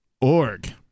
org